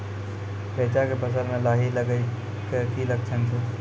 रैचा के फसल मे लाही लगे के की लक्छण छै?